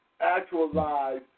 actualize